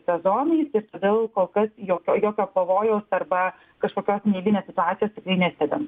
sezonais ir todėl kol kas jokio jokio pavojaus arba kažkokios neeilinės situacijos tikrai nestebim